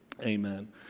Amen